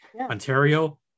Ontario